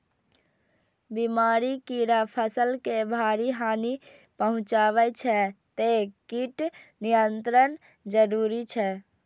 बीमारी, कीड़ा फसल के भारी हानि पहुंचाबै छै, तें कीट नियंत्रण जरूरी छै